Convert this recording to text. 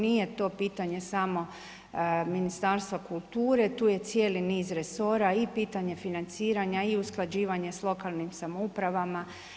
Nije to pitanje samo Ministarstva kulture tu je cijeli niz resora i pitanje financiranja i usklađivanja sa lokalnim samoupravama.